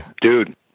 dude